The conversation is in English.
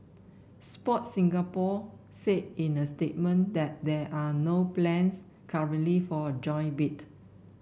Sport Singapore said in a statement that there are no plans currently for a joint bid